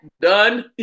Done